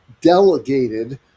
delegated